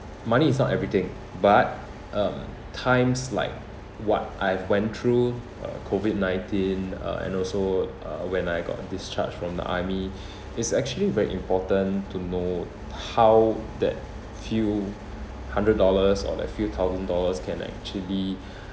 money is not everything but um times like what I've went through uh COVID nineteen uh and also uh when I got discharged from the army is actually very important to know how that few hundred dollars or that few thousand dollars can actually